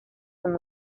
con